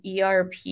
ERP